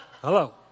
Hello